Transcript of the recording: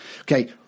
Okay